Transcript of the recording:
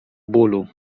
bólu